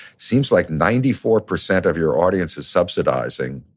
seems like ninety four percent of your audience is subsidizing